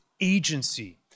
agency